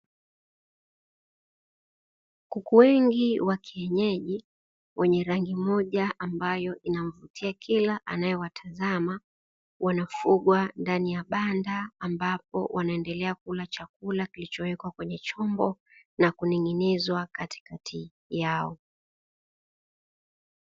Kuku wengi wa kienyeji wenye rangi moja, ambayo inamvutia kila mmoja anayewatazama, wanafugwa ndani ya banda ambapo wanaendelea kula chakula kilichowekwa kwenye chombo na kuning'inizwa katikati yao.